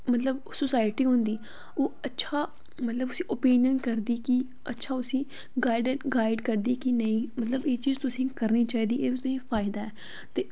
मतलब सोसायटी हुंदी ओह् अच्छा मतलब उसी ओपिनियन करदी की अच्छा उसी गाइड करदे के नेई मतलब एह् चीज तुसेंगी करनी चाहदी एह् तुसेंगी फायदा ऐ